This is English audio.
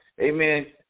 amen